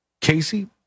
Casey